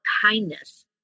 kindness